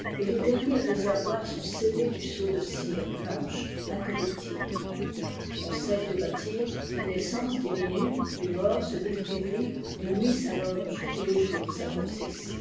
et ierniers réservoirs sont scellés du sceau ire blanche incorruptible on cesse de bâtir les naissances diminuent les morts se multiplient les nuits s'allongent et les jours s'accourcissent